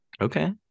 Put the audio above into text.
Okay